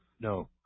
No